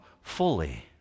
fully